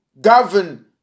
govern